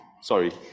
sorry